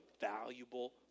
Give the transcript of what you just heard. valuable